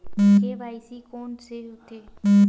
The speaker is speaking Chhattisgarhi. के.वाई.सी कोन में होथे?